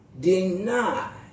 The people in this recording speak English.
deny